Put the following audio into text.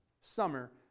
summer